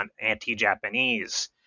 anti-Japanese